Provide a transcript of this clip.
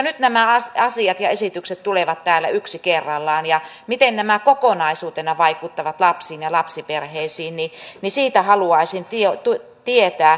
nyt nämä asiat ja esitykset tulevat täällä yksi kerrallaan mutta miten nämä kokonaisuutena vaikuttavat lapsiin ja lapsiperheisiin siitä haluaisin tietää